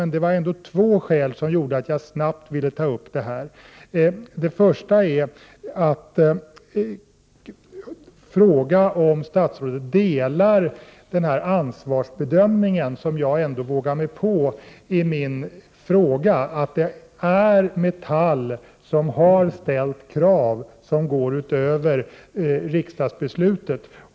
Men det var två skäl som gjorde att jag snabbt ville ta upp denna fråga. Det första skälet är frågan om statsrådet delar den ansvarsbedömning som jag ändå vågar mig på i min fråga. Det är Metall som har ställt krav som går utöver riksdagsbeslutet.